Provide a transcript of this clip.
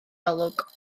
olwg